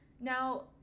now